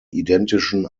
identischen